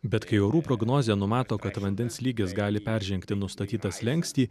bet kai orų prognozė numato kad vandens lygis gali peržengti nustatytą slenkstį